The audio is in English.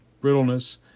brittleness